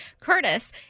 Curtis